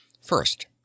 FIRST